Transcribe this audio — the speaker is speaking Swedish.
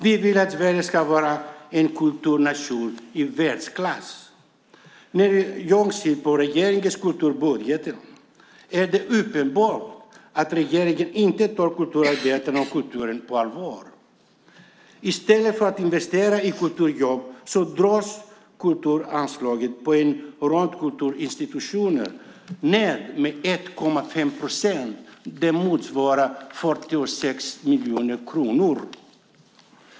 Vi vill att Sverige ska vara en kulturnation i världsklass. När jag ser på regeringens kulturbudget är det uppenbart att regeringen inte tar kulturarbetarna och kulturen på allvar. I stället för att investera i kulturjobb dras kulturanslaget på en rad kulturinstitutioner ned med 1,5 procent. Det motsvarar 46 miljoner kronor.